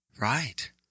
right